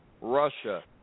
Russia